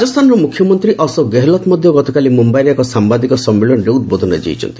ରାଜସ୍ଥାନର ମୁଖ୍ୟମନ୍ତ୍ରୀ ଅଶୋକ ଗେହଲତ ମଧ୍ୟ ଗତକାଲି ମୁମ୍ଭାଇରେ ଏକ ସାମ୍ଭାଦିକ ସମ୍ମିଳନୀରେ ଉଦ୍ବୋଧନ ଦେଇଛନ୍ତି